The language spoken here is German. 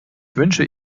wünsche